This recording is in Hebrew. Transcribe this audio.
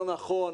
לא נכון,